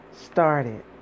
started